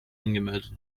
angemeldet